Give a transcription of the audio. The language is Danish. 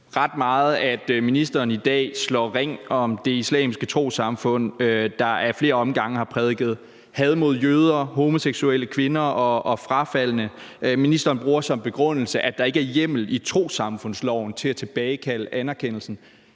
ret meget, at ministeren i dag slår ring om Det Islamiske Trossamfund, der ad flere omgange har prædiket had mod jøder, homoseksuelle, kvinder og frafaldne. Ministeren bruger som begrundelse, at der ikke er hjemmel i trossamfundsloven til at tilbagekalde anerkendelsen.